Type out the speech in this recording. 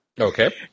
Okay